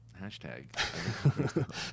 Hashtag